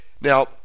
Now